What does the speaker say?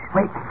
Wait